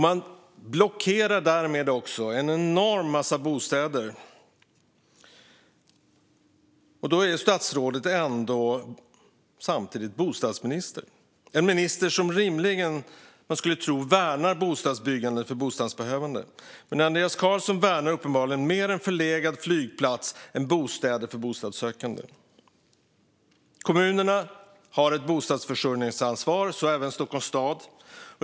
Man blockerar därmed också en enorm mängd bostäder. Då är statsrådet ändå samtidigt bostadsminister. Han är en minister som vi rimligen skulle tro värnar bostadsbyggandet för bostadsbehövande. Men Andreas Carlson värnar uppenbarligen en förlegad flygplats mer än bostäder för bostadssökande. Kommunerna har ett bostadsförsörjningsansvar, så även Stockholms stad.